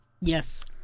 yes